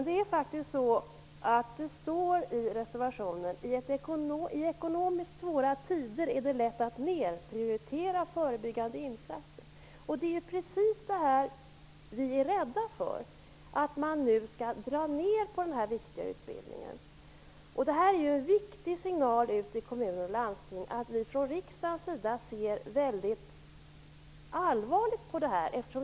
Det står i reservationen: "I ekonomiskt svåra tider är det lätt att nerprioritera förebyggande insatser -." Det vi är rädda för är att man nu skall dra ner på denna viktiga utbildning. Det är en viktig signal till kommuner och landsting att vi i riksdagen ser väldigt allvarligt på detta.